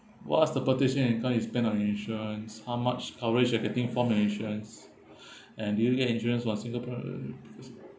what is the percentage of income you spend on insurance how much coverage are you getting for medicines and do you get insurance for a singaporean